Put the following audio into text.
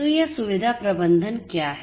तो यह सुविधा प्रबंधन क्या है